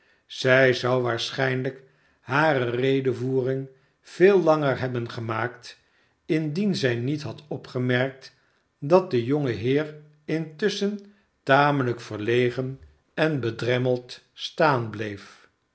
zij zou waarschijnlijk hare redevoering veel langer hebben gemaakt indien zij niet had opgemerkt dat de jonge heer intusschen tamelijk verlegen en bedremmeld staan bleef